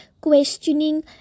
questioning